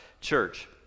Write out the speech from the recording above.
church